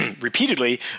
repeatedly